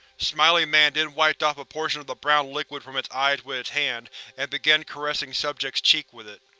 smiling man then and wiped off a portion of the brown liquid from its eyes with its hand and began caressing subject's cheek with it.